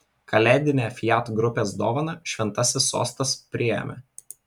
kalėdinę fiat grupės dovaną šventasis sostas priėmė